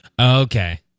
Okay